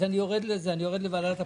אני יורד לוועדת הפנים.